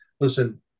Listen